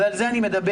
ועל זה אני מדבר.